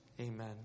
Amen